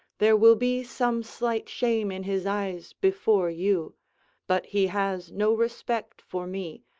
there will be some slight shame in his eyes before you but he has no respect for me,